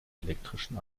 elektrischen